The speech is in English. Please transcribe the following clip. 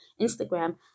Instagram